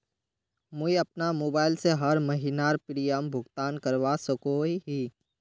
मुई अपना मोबाईल से हर महीनार प्रीमियम भुगतान करवा सकोहो ही?